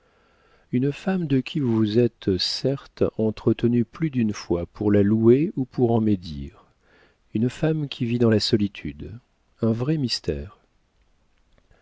une femme de qui vous vous êtes certes entretenu plus d'une fois pour la louer ou pour en médire une femme qui vit dans la solitude un vrai mystère